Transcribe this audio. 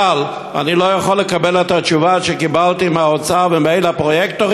אבל אני לא יכול לקבל את התשובה שקיבלתי מהאוצר ומהפרויקטורים,